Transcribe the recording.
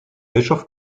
bischof